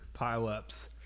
pileups